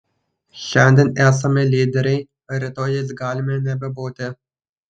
šiandien esame lyderiai rytoj jais galime nebebūti